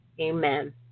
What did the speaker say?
Amen